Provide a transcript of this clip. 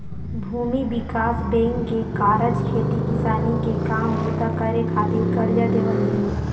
भूमि बिकास बेंक के कारज खेती किसानी के काम बूता करे खातिर करजा देवई हे